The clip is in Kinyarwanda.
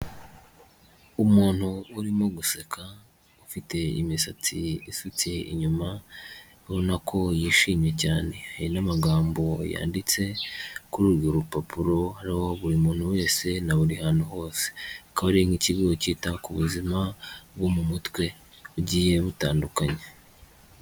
Umuntu urimo guseka ufite imisatsi isutse inyuma abona ko yishimye cyane, hari n'amagambo yanditse kuri urwo rupapuroro ariyo, buri muntu wese na buri hantu hose akaba ari nk'ikigo kita ku buzima bwo mu mutwe bugiye butandukanye.